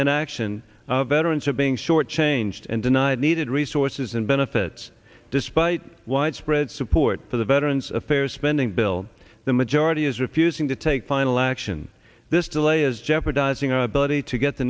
inaction of veterans are being shortchanged and denied needed resources and benefits despite widespread support for the veterans affairs spending bill the majority is refusing to take final action this delay is jeopardizing our ability to get the